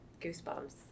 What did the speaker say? goosebumps